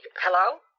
Hello